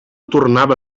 tornava